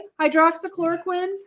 hydroxychloroquine